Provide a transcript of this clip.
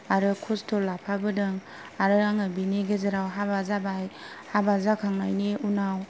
आरो खस्थ' लाफाबोदों आरो आङो बिनि गेजेराव हाबा जाबाय हाबा जाखांनायनि उनाव